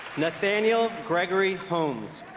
nathaniel gregory holmes